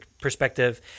perspective